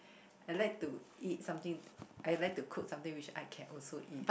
I like to something I like to cook something which I can also eat